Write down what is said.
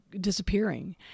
disappearing